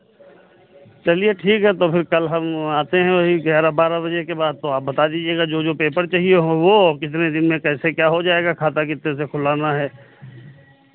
चलिए ठीक है तो फिर कल हम आते हैं वही ग्यारह बारह बजे के बाद तो आप बता दीजिएगा जो जो पेपर चाहिए हों वो और कितने दिन में कैसे क्या हो जाएगा खाता कितने से खुलाना है